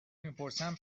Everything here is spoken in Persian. میپرسن